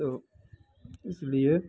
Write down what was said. तो इसलिए